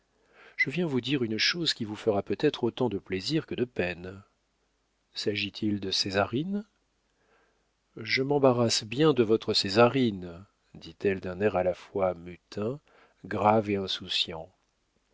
je viens vous dire une chose qui vous fera peut-être autant de plaisir que de peine s'agit-il de césarine je m'embarrasse bien de votre césarine dit-elle d'un air à la fois mutin grave et insouciant